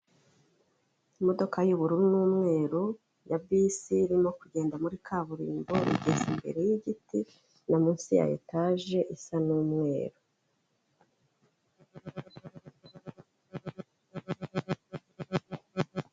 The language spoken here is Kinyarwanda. Imodoka y'ubururu n'umweru ya bisi irimo kugenda muri kaburimbo, igeze imbere y'igiti no munsi ya etage isa n'umweru.